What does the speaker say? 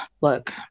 look